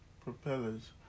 propellers